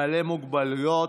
בעלי מוגבלויות,